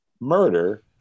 murder